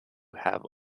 have